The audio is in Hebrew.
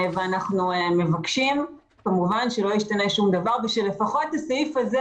אנחנו מבקשים כמובן שלא ישתנה שום דבר ושלפחות הסעיף הזה,